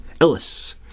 Ellis